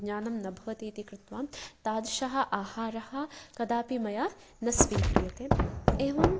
ज्ञानं न भवति इति कृत्वा तादृशः आहारः कदापि मया न स्वीक्रियते एवं